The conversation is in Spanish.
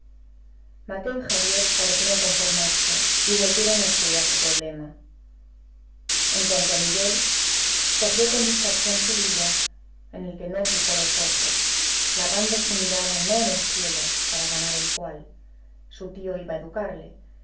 y javier parecieron conformarse y volvieron a estudiar su problema en cuanto a miguel cogió con distracción su libro en el que no fijó los ojos clavando su mirada no en el cielo para ganar el cual su tío iba a educarle